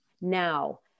Now